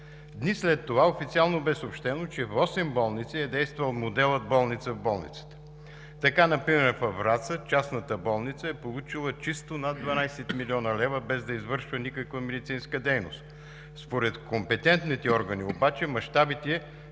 Дни след това официално бе съобщено, че в осем болници е действал моделът „болница в болницата“. Така например във Враца частна болница е получила чисто над 12 млн. лв., без да извършва никаква медицинска дейност. Според компетентните органи обаче мащабите